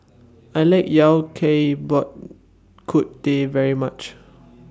I like Yao Cai Bak Kut Teh very much